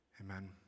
Amen